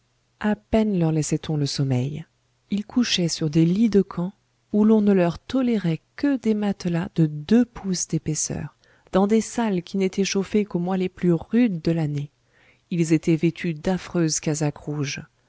à peine leur laissait on le sommeil ils couchaient sur des lits de camp où l'on ne leur tolérait que des matelas de deux pouces d'épaisseur dans des salles qui n'étaient chauffées qu'aux mois les plus rudes de l'année ils étaient vêtus d'affreuses casaques rouges